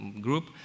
Group